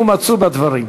הוא מצוי בדברים.